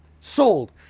Sold